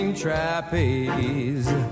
trapeze